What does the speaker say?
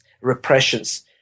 repressions